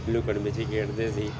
ਲੁਕਣ ਮੀਚੀ ਖੇਡਦੇ ਸੀ